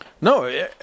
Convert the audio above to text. No